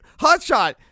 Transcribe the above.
Hotshot